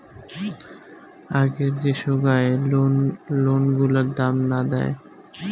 আগের যে সোগায় লোন গুলার দাম না দেয়